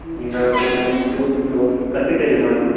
درٛوگ ژٕ وَن تۄہہِ کیاہ کیاہ چھُو بناوُن